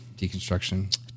deconstruction